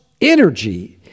energy